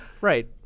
right